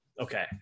Okay